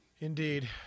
Indeed